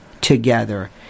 together